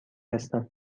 هستم